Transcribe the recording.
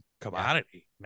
commodity